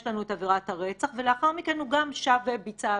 לנו את עבירת הרצח ולאחר מכן הוא גם שב וביצע עבירות?